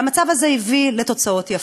המצב הזה הביא לתוצאות יפות,